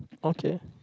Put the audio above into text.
okay